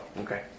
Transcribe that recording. okay